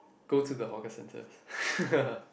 go to the hawker centers